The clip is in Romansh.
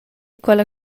quella